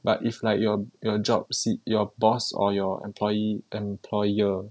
sees that you're you don't maybe look